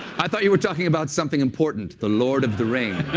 i thought you were talking about something important, the lord of the rings.